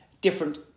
different